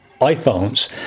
iPhones